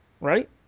Right